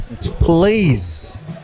please